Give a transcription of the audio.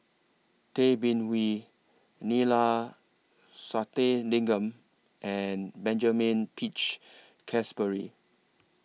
Tay Bin Wee Neila Sathyalingam and Benjamin Peach Keasberry